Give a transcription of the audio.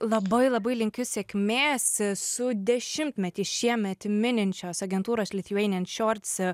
labai labai linkiu sėkmės su dešimtmetį šiemet mininčios agentūros litveinian šiorts